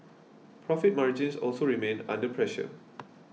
profit margins also remained under pressure